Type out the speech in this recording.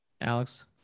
Alex